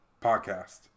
Podcast